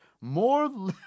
more